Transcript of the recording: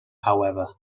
however